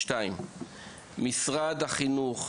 2. משרד החינוך,